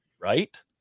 right